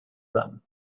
them